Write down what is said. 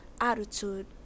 attitude